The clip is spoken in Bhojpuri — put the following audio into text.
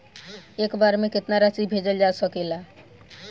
एक बार में केतना राशि भेजल जा सकेला?